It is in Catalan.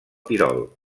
tirol